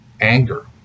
Anger